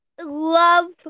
love